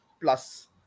plus